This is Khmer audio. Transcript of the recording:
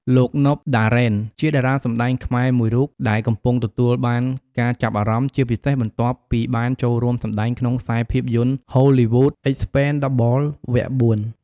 លោក ណុប ដារ៉េន ជាតារាសម្តែងខ្មែរមួយរូបដែលកំពុងទទួលបានការចាប់អារម្មណ៍ ជាពិសេសបន្ទាប់ពីបានចូលរួមសម្ដែងក្នុងខ្សែភាពយន្តហូលីវូដ អិចស្ពេនដាបល វគ្គ៤ "Expend4bles"។